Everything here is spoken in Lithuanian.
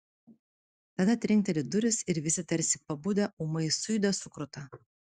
tada trinkteli durys ir visi tarsi pabudę ūmai sujuda sukruta